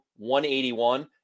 181